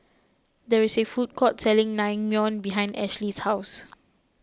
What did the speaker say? there is a food court selling Naengmyeon behind Ashley's house